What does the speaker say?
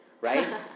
right